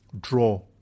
draw